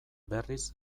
berriz